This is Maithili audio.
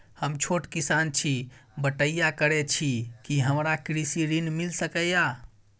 हम छोट किसान छी, बटईया करे छी कि हमरा कृषि ऋण मिल सके या?